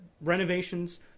renovations